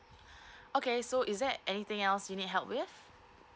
okay so is there anything else you need help with